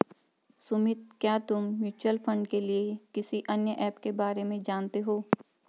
सुमित, क्या तुम mutual fund के लिए किसी अन्य ऐप के बारे में जानते हो?